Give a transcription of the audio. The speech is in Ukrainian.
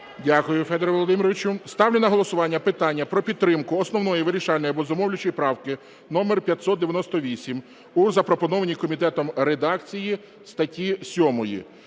Дякую, Федоре Володимировичу. Ставлю на голосування питання про підтримку основної, вирішальної або зумовлюючої правки 598 у запропонованій комітетом редакції статті 7,